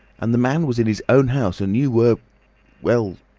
and the man was in his own house, and you were well,